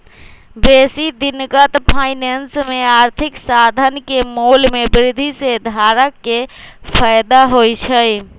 बेशी दिनगत फाइनेंस में आर्थिक साधन के मोल में वृद्धि से धारक के फयदा होइ छइ